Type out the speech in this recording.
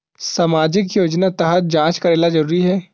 सामजिक योजना तहत जांच करेला जरूरी हे